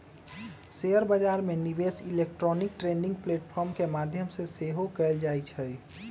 share बजार में निवेश इलेक्ट्रॉनिक ट्रेडिंग प्लेटफॉर्म के माध्यम से सेहो कएल जाइ छइ